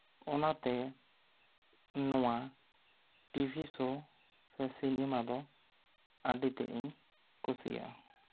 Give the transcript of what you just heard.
ᱚᱱᱟᱛᱮ ᱱᱚᱶᱟ ᱴᱤᱵᱷᱤ ᱥᱳ ᱥᱮ ᱥᱤᱱᱮᱢᱟ ᱫᱚ ᱟᱹᱰᱤ ᱛᱮᱫ ᱤᱧ ᱠᱩᱥᱤᱭᱟᱜᱼᱟ